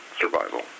survival